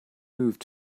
moved